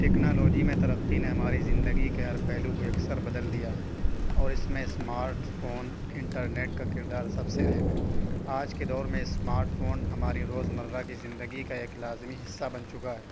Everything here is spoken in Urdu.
ٹیکنالوجی میں ترقی نے ہماری زندگی کے ہر پہلو کو یکسر بدل دیا ہے اور اس میں اسمارٹ فون انٹرنیٹ کا کردار سب سے اہم ہے آج کے دور میں اسماٹ فون ہماری روز مرہ کی زندگی کا ایک لازمی حصہ بن چکا ہے